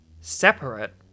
separate